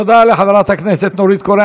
תודה לחברת הכנסת נורית קורן.